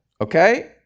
okay